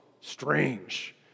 strange